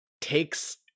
takes